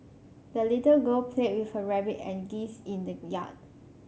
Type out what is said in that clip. the little girl played with her rabbit and geese in the yard